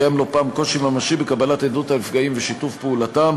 קיים לא פעם קושי ממשי בקבלת עדות הנפגעים ושיתוף פעולה מצדם